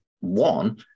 One